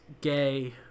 gay